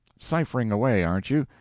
ciphering away, aren't you?